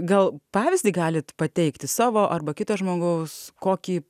gal pavyzdį galit pateikti savo arba kito žmogaus kokį